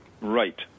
Right